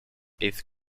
eighth